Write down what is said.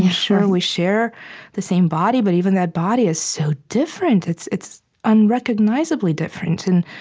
sure, we share the same body, but even that body is so different. it's it's unrecognizably different. and